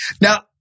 Now